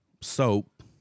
soap